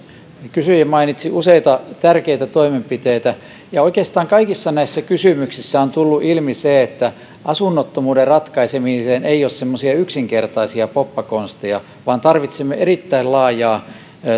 kysyjä mainitsi useita tärkeitä toimenpiteitä ja oikeastaan kaikissa näissä kysymyksissä on tullut ilmi se että asunnottomuuden ratkaisemiseen ei ole yksinkertaisia poppakonsteja vaan tarvitsemme erittäin laajaa